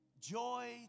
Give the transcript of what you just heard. Joy